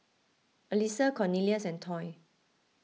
Alissa Cornelious and Toy